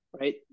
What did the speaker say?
right